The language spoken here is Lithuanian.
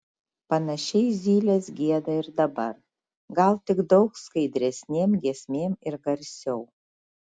panašiai zylės gieda ir dabar gal tik daug skaidresnėm giesmėm ir garsiau